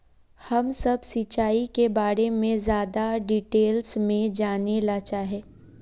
हम सब सिंचाई के बारे में ज्यादा डिटेल्स में जाने ला चाहे?